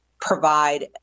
provide